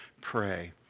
pray